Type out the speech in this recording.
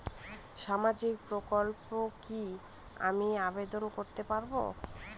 সামাজিক প্রকল্পে কি আমি আবেদন করতে পারবো?